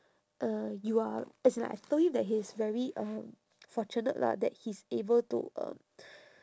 uh you are as in like I told him that he's very um fortunate lah that he is able to um